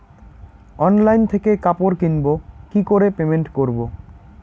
Online থেকে কাপড় কিনবো কি করে পেমেন্ট করবো?